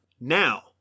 now